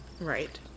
Right